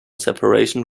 separation